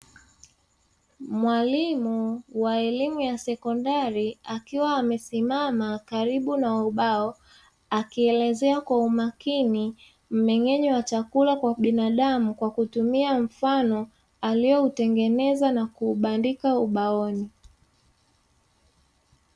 Mwalimu wa elimu shule ya sekondari, akiwa amesimama karibu na ubao, akielezea kwa umakini mmeng'enyo kwa chakula wa binadamu, akitumia mfano alio utengeneza na kuubandika ubaoni.